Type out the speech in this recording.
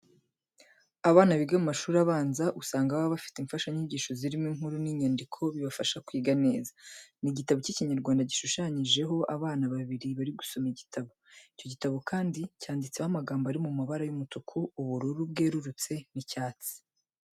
Abana biga mu mashuri abanza, usanga baba bafite imfashanyigisho zirimo inkuru n'imyandiko bibafahsa kwiga neza. Ni igitabo cy'Ikinyarwanda gishushanyijeho abana babiri bari gusoma igitabo. Icyo gitabo kandi cyanditseho amagambo ari mu mabara y'umutuku, ubururu bwerurutse n'icyatsi.